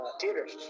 theaters